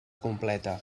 completa